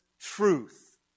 truth